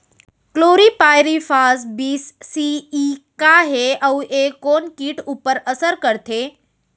Chlorpyrifos बीस CE का हे अऊ ए कोन किट ऊपर असर करथे?